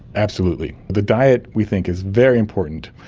absolutely. the diet we think is very important.